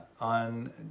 On